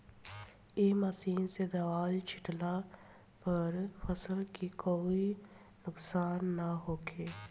ए machine से दवाई छिटला पर फसल के कोई नुकसान ना होखे